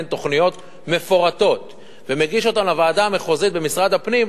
תוכניות מפורטות ומגיש אותן לוועדה המחוזית במשרד הפנים,